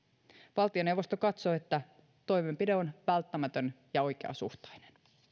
valtioneuvosto katsoo että toimenpide on välttämätön ja oikeasuhtainen